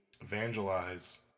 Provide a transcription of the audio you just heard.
evangelize